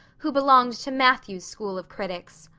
who belonged to matthew's school of critics.